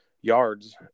yards